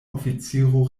oficiro